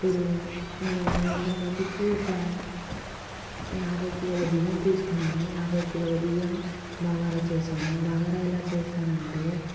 అప్పుడు నేను ఐదు వందల మందికి ఒక యాభై కిలోల బియ్యం తీసుకున్నాను యాభై కిలోల బియ్యం బాగారా చేశాను బగారా ఎలా చేసాను అంటే